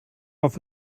off